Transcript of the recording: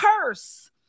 curse